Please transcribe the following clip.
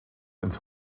ins